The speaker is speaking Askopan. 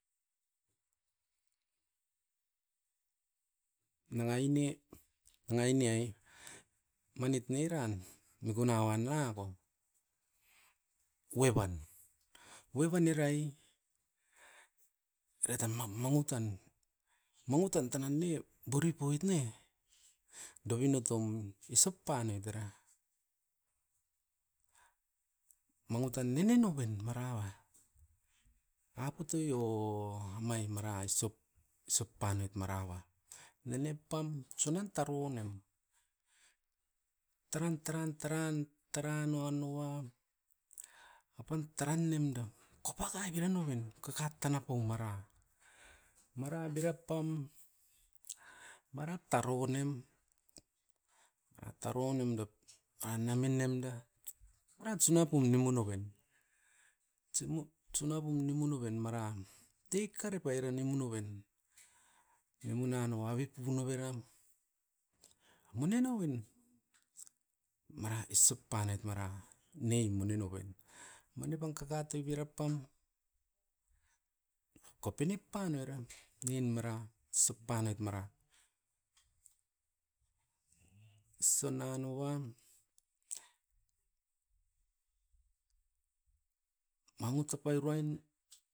Nanga aine, nanga aine manit neiran mikuna wan nangako, ueban, ueban era ai, era tamam mangu tan. Mangutan tanan ne, borip oit ne dovinotom isop panoit era, mangu tan nene noven maraua aputoi o amai mara isop, isop panoit maraua. Nene pam sunan taronem, taran taran taran taran noanoa, apan taran nem da kopakai bira noven. Kakat tanapau mara, mara bira pam mara taronem. Mara taronem dop a naminemda tunat suna pum nimu noven, suna pum nimu noven mara-m. Dika repai re nimu noven. Nimu nanoa avip punoveram, mone noven mara isop panoit mara, ne mone noven. Mone pam kaka toi bira pam kopi nip panoi eram, nin mara isop panoit mara. Ision nanoa, mangu tapai ruain.